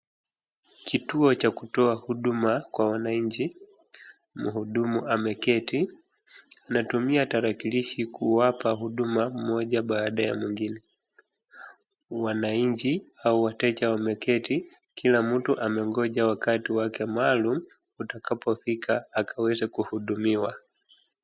Kituo cha kutoa huduma Kwa wananchi, mhudumu ameketi, anatumia tarakilishi kuwapa huduma mmoja baadae ya mwingine. Wananchi au wateja wameketi, kila mtu amengoja wakati wake maalum, utakapofika akaweze kuhudumiwa.